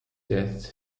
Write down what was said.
death